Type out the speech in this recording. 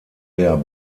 der